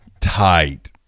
tight